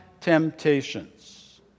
temptations